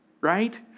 right